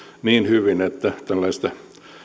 niin hyvin että tällaista